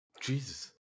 Jesus